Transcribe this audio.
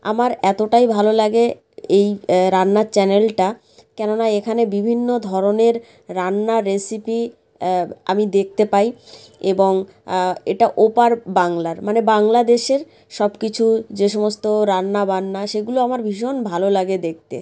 আমার এতোটাই ভালো লাগে এই রান্নার চ্যানেলটা কেননা এখানে বিভিন্ন ধরনের রান্নার রেসিপি আমি দেখতে পায় এবং এটা ওপার বাংলার মানে বাংলাদেশের সব কিছু যে সমস্ত রান্না বান্না সেগুলো আমার ভীষণ ভালো লাগে দেখতে